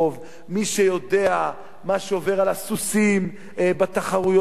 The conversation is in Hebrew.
מי שיודע מה שעובר על הסוסים בתחרויות האלה,